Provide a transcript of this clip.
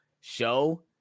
show